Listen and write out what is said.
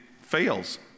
fails